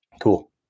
Cool